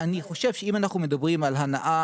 אני חושב שאם אנחנו מדברים על הנעה